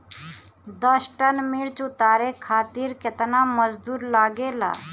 दस टन मिर्च उतारे खातीर केतना मजदुर लागेला?